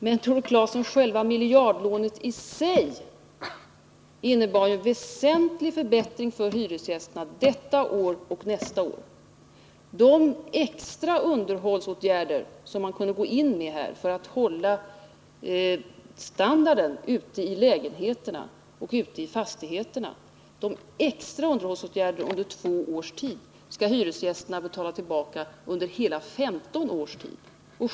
Men, Tore Claeson, miljardlånet i sig innebar ju en väsentlig förbättring för hyresgästerna detta år och nästa år. Kostnaden för de extra underhållsåtgärder som under två års tid kommer att kunna vidtagas för att bibehålla standarden på lägenheterna och fastigheterna skall hyresgästerna betala tillbaka under hela 15 års tid.